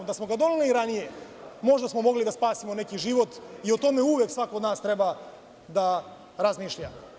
Da smo ga doneli ranije, možda smo mogli da spasemo neki život i o tome uvek svako od nas treba da razmišlja.